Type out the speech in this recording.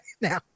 now